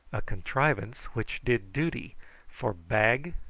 a contrivance which did duty for bag,